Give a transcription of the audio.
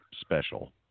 special